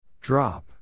Drop